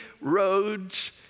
roads